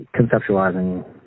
conceptualizing